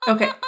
Okay